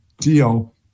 deal